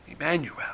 Emmanuel